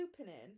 opening